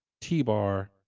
T-Bar